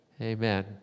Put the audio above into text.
Amen